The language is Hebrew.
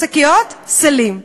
לא שקיות, סלים.